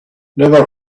never